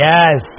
Yes